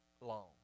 long